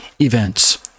events